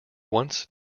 once